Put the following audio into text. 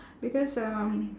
because um